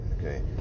Okay